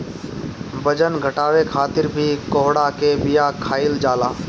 बजन घटावे खातिर भी कोहड़ा के बिया खाईल जाला